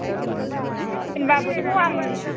ए होनबाबोथ' आं